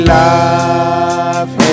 love